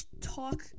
talk